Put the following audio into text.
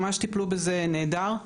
ממש טיפלו בזה נהדר,